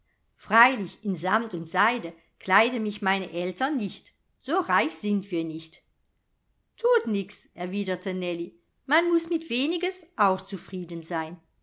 in samt und seide kleiden mich meine eltern nicht so reich sind wir nicht thut nix erwiderte nellie man muß mit weniges auch zufrieden sein